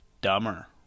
dumber